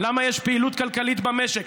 למה יש פעילות כלכלית במשק?